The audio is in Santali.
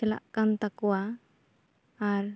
ᱪᱟᱞᱟᱜ ᱠᱟᱱ ᱛᱟᱠᱚᱭᱟ ᱟᱨ